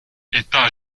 états